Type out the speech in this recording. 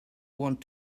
want